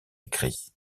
écrit